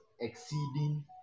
exceeding